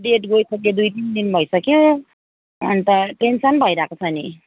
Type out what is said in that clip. date गइसक्यो दुई तिन दिन भइसक्यो अन्त टेन्सन भइरहेको छ नि